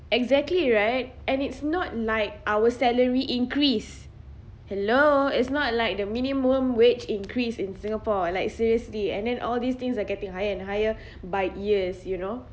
exactly right and it's not like our salary increase hello it's not like the minimum wage increase in singapore like seriously and then all these things are getting higher and higher by years you know